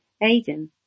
Aidan